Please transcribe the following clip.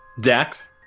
Dax